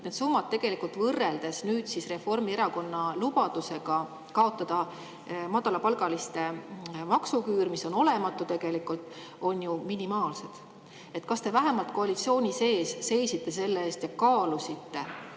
Need summad tegelikult võrreldes nüüd Reformierakonna lubadusega kaotada madalapalgaliste maksuküür, mis on tegelikult olematu, on ju minimaalsed. Kas te vähemalt koalitsiooni sees seisite selle eest ja kaalusite just